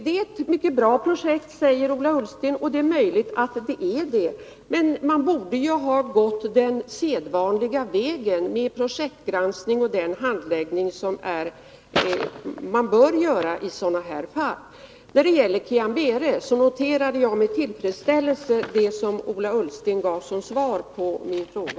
Det är ett mycket bra projekt, säger Ola Ullsten, och det är möjligt att det är det. Man man borde ju ha gått den sedvanliga vägen, med projektgranskning och den handläggning som bör ske i sådana här fall. När det gäller Kiambére noterade jag med tillfredsställelse det som Ola Ullsten gav som svar på min fråga.